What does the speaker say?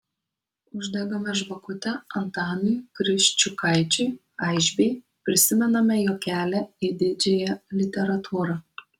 uždegame žvakutę antanui kriščiukaičiui aišbei prisimename jo kelią į didžiąją literatūrą